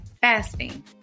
Fasting